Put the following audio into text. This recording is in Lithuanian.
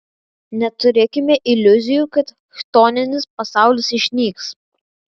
neturėkime iliuzijų kad chtoninis pasaulis išnyks